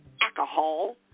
alcohol